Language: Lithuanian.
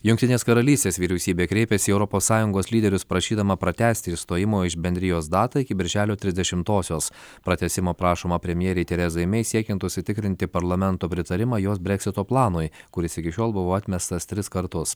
jungtinės karalystės vyriausybė kreipėsi į europos sąjungos lyderius prašydama pratęsti išstojimo iš bendrijos datą iki birželio trisdešimtosios pratęsimo prašoma premjerei terezai mei siekiant užsitikrinti parlamento pritarimą jos breksito planui kuris iki šiol buvo atmestas tris kartus